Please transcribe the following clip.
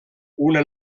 una